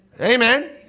Amen